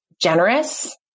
generous